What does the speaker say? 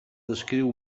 descriu